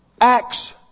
Acts